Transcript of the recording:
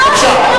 בבקשה.